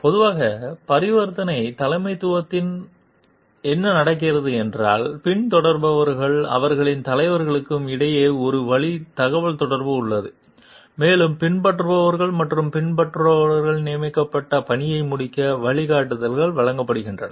பொதுவாக பரிவர்த்தனை தலைமைத்துவத்தில் என்ன நடக்கிறது என்றால் பின்தொடர்பவர்களுக்கும் அவர்களின் தலைவர்களுக்கும் இடையே ஒரு வழி தகவல்தொடர்பு உள்ளது மேலும் பின்பற்றுபவர்கள் மற்றும் பின்பற்றுபவர்கள் நியமிக்கப்பட்ட பணியை முடிக்க வழிகாட்டுதல் வழங்கப்படுகிறது